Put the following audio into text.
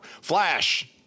Flash